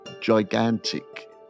gigantic